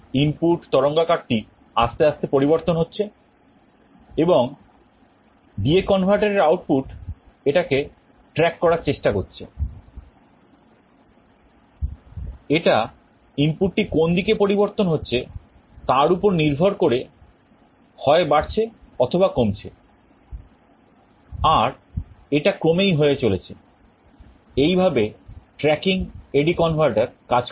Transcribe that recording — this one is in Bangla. ইনপুট তরঙ্গকারটি আস্তে আস্তে পরিবর্তন হচ্ছে এবং DA converter এর আউটপুট এটাকে track করার চেষ্টা করছে এটা ইনপুটটি কোন দিকে পরিবর্তন হচ্ছে তার ওপর নির্ভর করে হয় বাড়ছে অথবা কমছে আর এটা ক্রমেই হয়ে চলেছে এইভাবে tracking AD converter কাজ করে